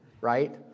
right